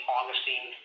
Augustine